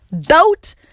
Doubt